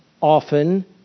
often